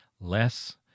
less